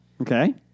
Okay